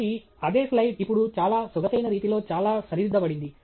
కాబట్టి అదే స్లయిడ్ ఇప్పుడు చాలా సొగసైన రీతిలో చాలా సరిదిద్దబడింది